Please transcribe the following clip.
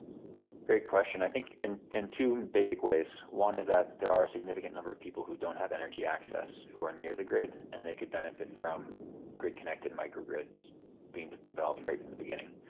great question. i think in and two basic ways. one is that there are a significant number of people who don't have energy access who are near the grid and they could benefit from grid-connected micro-grids being developed right from the beginning.